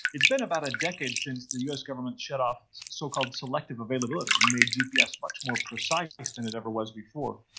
it's been about a decade since the us government shut off so-called selective availability and made gps much more precise than it ever was before,